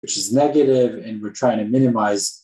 ‫Which is negative and we're trying to minimize